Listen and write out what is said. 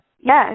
Yes